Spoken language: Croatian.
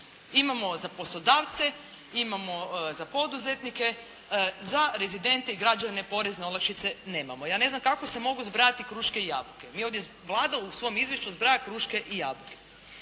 Imamo za poslodavce, imamo za poduzetnike, za rezidente i građane porezne olakšice nemamo. Ja ne znam kako se mogu zbrajati kruške i jabuke. Mi ovdje, Vlada u svom izvješću zbraja kruške i jabuke.